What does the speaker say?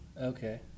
Okay